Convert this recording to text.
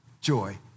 joy